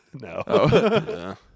no